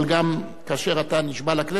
אבל גם כאשר אתה נשבע לכנסת,